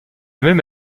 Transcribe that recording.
même